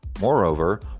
Moreover